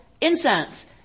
incense